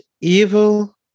evil